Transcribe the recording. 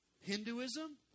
Hinduism